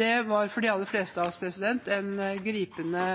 Det var for de aller fleste av oss en gripende